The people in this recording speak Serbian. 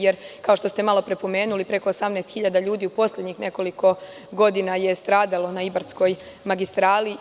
Jer, kao što ste malo pre pomenuli preko 18 hiljada ljudi u poslednjih nekoliko godina je stradalo na Ibarskoj magistrali.